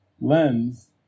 lens